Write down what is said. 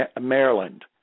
Maryland